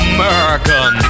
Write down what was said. American